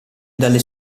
dalle